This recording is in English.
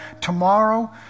tomorrow